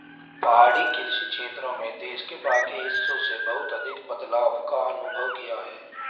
पहाड़ी कृषि क्षेत्र में देश के बाकी हिस्सों से बहुत अधिक बदलाव का अनुभव किया है